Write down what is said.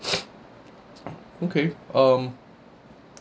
okay um